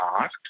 asked